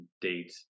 date